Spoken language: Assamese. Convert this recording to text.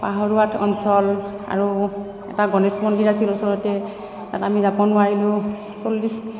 পাহৰুৱাত অঞ্চল আৰু এটা গণেশ মন্দিৰ আছিল ওচৰতে তাত আমি যাব নোৱাৰিলোঁ চল্লিছ